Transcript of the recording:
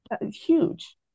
huge